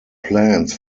plans